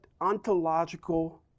ontological